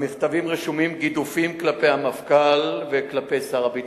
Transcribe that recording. במכתבים רשומים גידופים כלפי המפכ"ל וכלפי שר הביטחון,